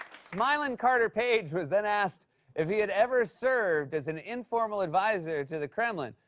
smilin' carter page was then asked if he had ever served as an informal adviser to the kremlin,